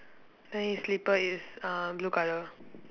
then his slipper is uh blue colour